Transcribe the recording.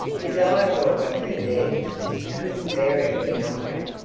kezia rolled off her bed she couldn't bear it any longer,